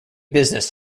business